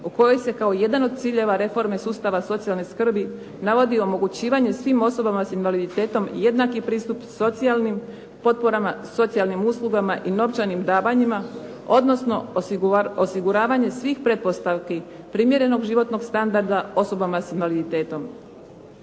o kojoj se kao jedan od ciljeva reforme sustava socijalne skrbi navodi omogućivanje svim osobama sa invaliditetom jednaki pristup socijalnim potporama, socijalnim uslugama i novčanim davanjima, odnosno osiguravanje svih pretpostavki primjerenog životnog standarda osobama sa invaliditetom.